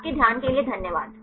आपके ध्यान के लिए धन्यवाद